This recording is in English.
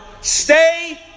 stay